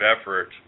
effort